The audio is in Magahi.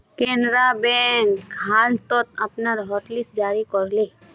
केनरा बैंक हाल त अपनार हॉटलिस्ट जारी कर ले